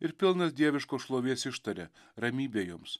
ir pilnas dieviškos šlovės ištaria ramybė jums